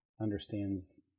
understands